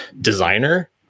designer